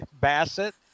basset